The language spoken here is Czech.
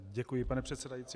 Děkuji, pane předsedající.